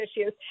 issues